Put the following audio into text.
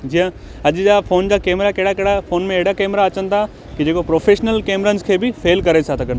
जीअं अॼु जा फ़ोन जा कैमरा कहिड़ा कहिड़ा फ़ोन में अहिड़ा कैमरा अचनि था की जेको प्रोफ़ेशनल कैमरन्स खे बि फ़ेल करे था सघनि